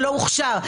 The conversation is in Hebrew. שלא הוכשר.